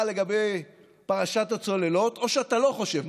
לגבי פרשת הצוללות או שאתה לא חושב.